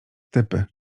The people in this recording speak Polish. typy